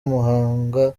umuhanga